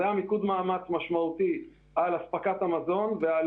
היה מיקוד על תחום המזון ועל